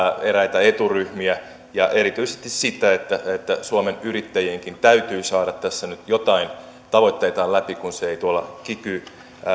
eräitä eturyhmiä ja erityisesti sitä että suomen yrittäjienkin täytyy saada tässä nyt joitain tavoitteitaan läpi kun se ei kiky